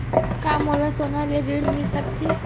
का मोला सोना ले ऋण मिल सकथे?